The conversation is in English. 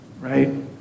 right